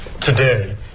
today